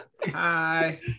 hi